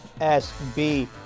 SB